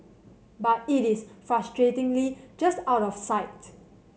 but it is frustratingly just out of sight